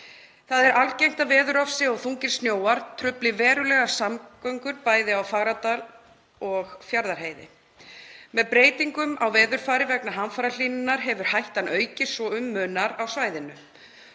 Það er algengt að veðurofsi og þungir snjóar trufli verulega samgöngur bæði á Fagradal og á Fjarðarheiði. Með breytingum á veðurfari vegna hamfarahlýnunar hefur hættan aukist svo um munar á svæðinu.